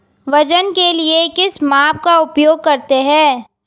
वजन के लिए किस माप का उपयोग करते हैं?